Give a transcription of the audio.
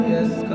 Yes